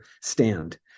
stand